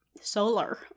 solar